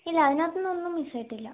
ഇല്ല അതിനകത്തു നിന്ന് ഒന്നും മിസ്സായിട്ടില്ല